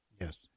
Yes